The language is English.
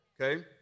Okay